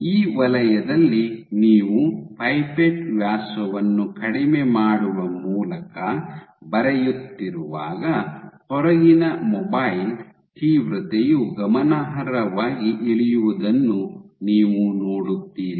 ಈ ವಲಯದಲ್ಲಿ ನೀವು ಪೈಪೆಟ್ ವ್ಯಾಸವನ್ನು ಕಡಿಮೆ ಮಾಡುವ ಮೂಲಕ ಬರೆಯುತ್ತಿರುವಾಗ ಹೊರಗಿನ ಮೊಬೈಲ್ ತೀವ್ರತೆಯು ಗಮನಾರ್ಹವಾಗಿ ಇಳಿಯುವುದನ್ನು ನೀವು ನೋಡುತ್ತೀರಿ